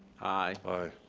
aye.